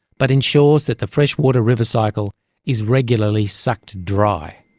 but ensures that the freshwater river cycle is regularly sucked dry.